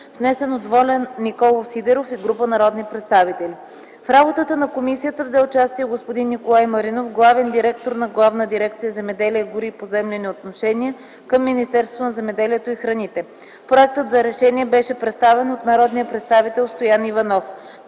внесен от Волен Николов Сидеров и група народни представители. В работата на комисията взе участие господин Николай Маринов – главен директор на Главна дирекция “Земеделие, гори и поземлени отношения” към Министерството на земеделието и храните. Проектът за решение беше представен от народния представител Стоян Иванов.